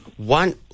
One